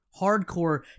hardcore